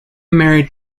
married